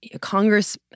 Congress